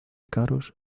caros